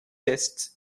tests